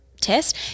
test